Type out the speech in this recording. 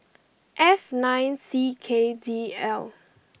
F nine C K D L